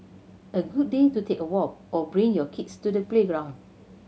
a good day to take a walk or bring your kids to the playground